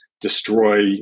destroy